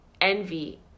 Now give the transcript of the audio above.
envy